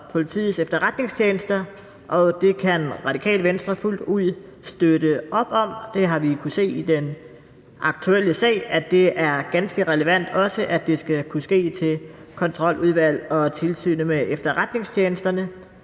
Politiets Efterretningstjeneste, og det kan Radikale Venstre fuldt ud støtte op om. Vi har kunnet se i den aktuelle sag, at det er ganske relevant, at det også skal kunne ske til Kontroludvalget og til Tilsynet med Efterretningstjenesterne.